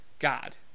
God